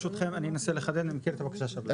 ברשותכם, אנסה לחדד רגע, אני מכיר את הבקשה .